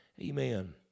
Amen